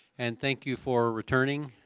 and thank you for returning.